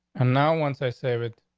and now, once i save it,